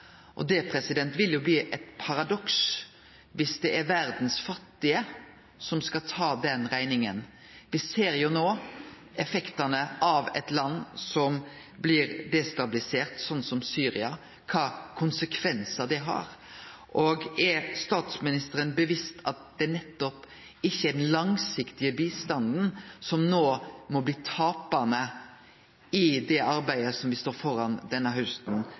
Det vil bli eit paradoks dersom det er dei fattige i verda som skal ta den rekninga. Me ser no effektane av eit land som blir destabilisert, slik som Syria, og kva konsekvensar det har. Er statsministeren bevisst på at det ikkje er nettopp den langsiktige bistanden som no må bli tapande i det arbeidet som me står framfor denne hausten?